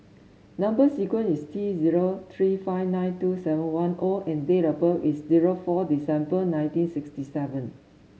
number sequence is T zero three five nine two seven one O and date of birth is zero four December nineteen sixty seven